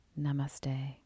Namaste